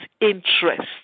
interests